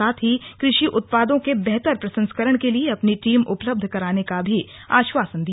साथ ही कृषि उत्पादों के बेहतर प्रसंस्करण के लिये अपनी टीम उपलब्ध कराने का भी आश्वासन दिया